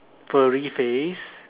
furry face